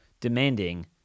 demanding